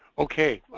okay,